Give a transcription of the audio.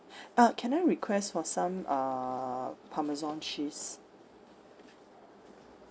uh can I request for some uh parmesan cheese